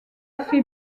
fait